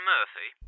Murphy